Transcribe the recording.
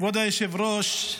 כבוד היושב-ראש,